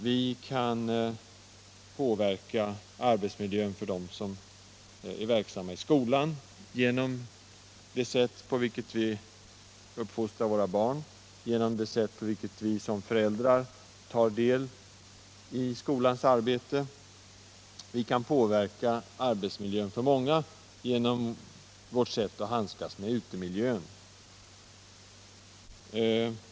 Vi kan påverka arbetsmiljön för dem som är verksamma i skolan genom vårt sätt att uppfostra våra barn och genom att som föräldrar ta del i skolans arbete. Vi kan påverka arbetsmiljön för många genom vårt sätt att hand skas med utemiljön.